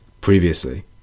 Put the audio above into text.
previously